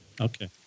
okay